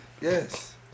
Yes